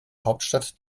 hauptstadt